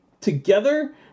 together